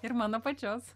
ir mano pačios